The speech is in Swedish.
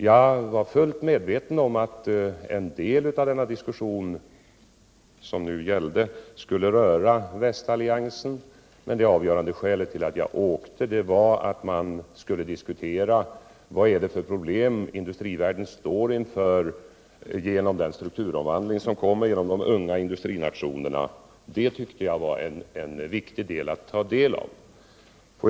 Jag var fullt medveten om att en del av diskussionen vid årets konferens skulle röra västalliansen, men det avgörande skälet till att jag deltog var att man skulle diskutera de problem industrivärlden står inför till följd av den strukturomvandling som uppstår genom de unga industrinationernas tillkomst. Den diskussionen tyckte jag att det var viktigt att ta del av.